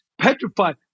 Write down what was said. petrified